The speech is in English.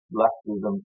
leftism